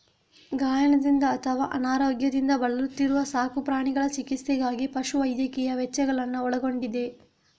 ಗಾಯದಿಂದ ಅಥವಾ ಅನಾರೋಗ್ಯದಿಂದ ಬಳಲುತ್ತಿರುವ ಸಾಕು ಪ್ರಾಣಿಗಳ ಚಿಕಿತ್ಸೆಗಾಗಿ ಪಶು ವೈದ್ಯಕೀಯ ವೆಚ್ಚಗಳನ್ನ ಒಳಗೊಂಡಿದೆಯಿದು